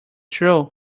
true